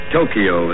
Tokyo